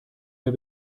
mir